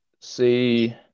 see